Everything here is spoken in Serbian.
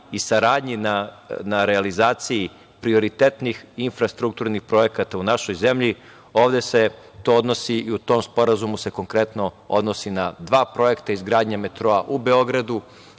i saradnji na realizaciji prioritetnih infrastrukturnih projekata u našoj zemlji. Ovde se to odnosi i u tom sporazumu se konkretno odnosi na dva projekta, izgradnje metroa u Beogradu